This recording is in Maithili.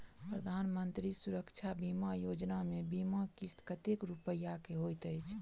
प्रधानमंत्री सुरक्षा बीमा योजना मे बीमा किस्त कतेक रूपया केँ होइत अछि?